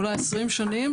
אולי 20 שנים,